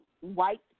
white